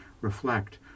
Reflect